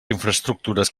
infraestructures